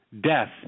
death